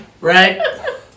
Right